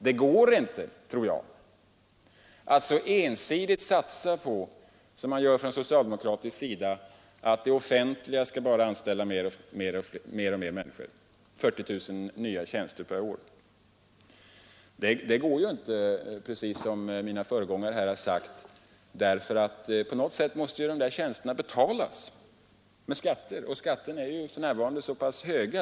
Jag tror inte att det går att så ensidigt som socialdemokraterna gör satsa på att det offentliga skall anställa fler och fler människor — 40 000 nyanställda per år. Det går inte, precis som Nr 108 betalas med skatter, och skatterna är för närvarande mycket höga.